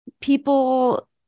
people